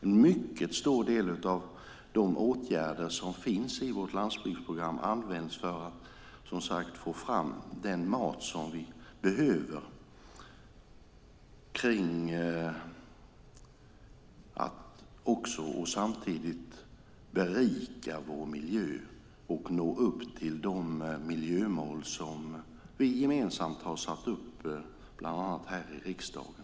En mycket stor del av de åtgärder som finns i vårt landsbygdsprogram används som sagt för att få fram den mat som vi behöver och samtidigt berika vår miljö och nå upp till de miljömål som vi gemensamt har satt upp bland annat här i riksdagen.